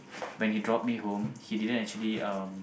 when he drop me home he didn't actually um